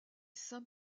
saints